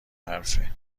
حرفه